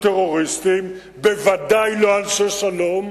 בריונים/חוליגנים/טרוריסטים, בוודאי לא אנשי שלום,